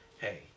hey